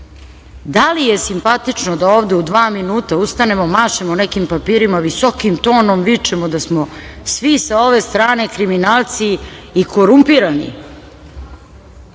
li je simpatično da ovde u dva minuta ustanemo, mašemo nekim papirima, visokim tonom vičemo da smo svi sa ove strane kriminalci i korumpirani?